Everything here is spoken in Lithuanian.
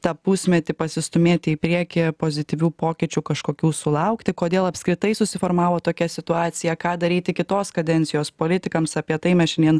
tą pusmetį pasistūmėti į priekį pozityvių pokyčių kažkokių sulaukti kodėl apskritai susiformavo tokia situacija ką daryti kitos kadencijos politikams apie tai mes šiandien